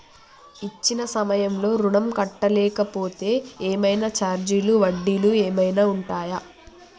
ఇచ్చిన సమయంలో ఋణం కట్టలేకపోతే ఏమైనా ఛార్జీలు వడ్డీలు ఏమైనా ఉంటయా?